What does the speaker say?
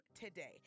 today